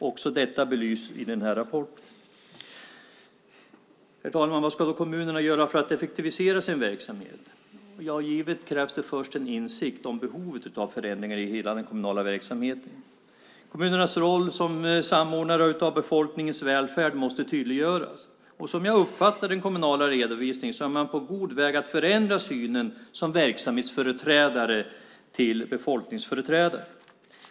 Också detta belyses i rapporten. Herr talman! Vad ska kommunerna göra för att effektivisera sin verksamhet? Givetvis krävs det först en insikt om behovet av förändringar i hela den kommunala verksamheten. Kommunernas roll som samordnare av befolkningens välfärd måste tydliggöras. Som jag uppfattar den kommunala redovisningen är man på god väg att förändra synen från verksamhetsföreträdare till befolkningsföreträdare.